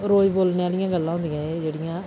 रोज बोलने आह्ली गल्लां होंदियां एह् जेह्ड़ियां